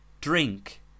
drink